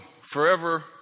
forever